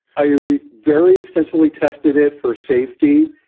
yeah we've very extensively tested it for safety.